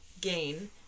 gain